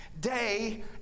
day